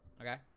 Okay